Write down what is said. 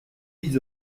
dix